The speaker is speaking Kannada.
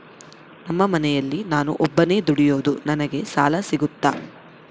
ನಮ್ಮ ಮನೆಯಲ್ಲಿ ನಾನು ಒಬ್ಬನೇ ದುಡಿಯೋದು ನನಗೆ ಸಾಲ ಸಿಗುತ್ತಾ?